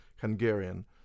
Hungarian